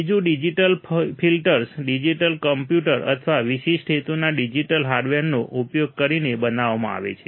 બીજું digital filters digital computer અથવા વિશિષ્ટ હેતુના ડિજિટલ હાર્ડવેરનો ઉપયોગ કરીને બનાવવામાં આવે છે